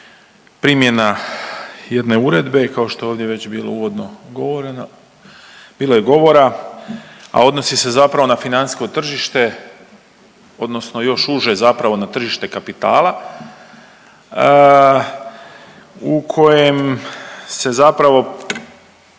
primjena jedne uredbe kao što je ovdje već bilo uvodno govoreno, bilo je govora, a odnosi se zapravo na financijsko tržište odnosno još uže zapravo na tržište kapitala u kojem se zapravo